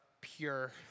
pure